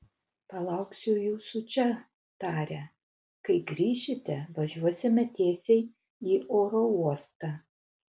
palauksiu jūsų čia tarė kai grįšite važiuosime tiesiai į oro uostą